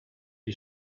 you